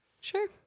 Sure